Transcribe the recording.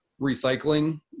recycling